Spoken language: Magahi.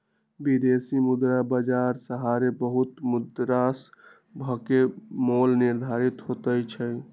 विदेशी मुद्रा बाजार सहारे बहुते मुद्रासभके मोल निर्धारित होतइ छइ